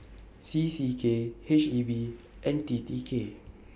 C C K H E B and T T K